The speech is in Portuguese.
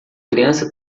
criança